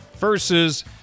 Versus